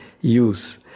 use